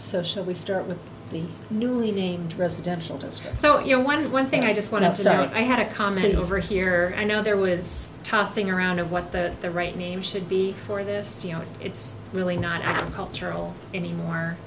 so shall we start with the newly named residential district so your one one thing i just want to start i had a comment over here i know there was tossing around of what the the right name should be for this you know it's really not a cultural anymore